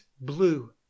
blue